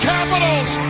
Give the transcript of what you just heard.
Capitals